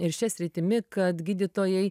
ir šia sritimi kad gydytojai